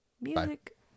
Music